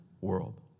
world